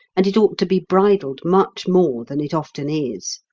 and it ought to be bridled much more than it often is.